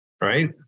right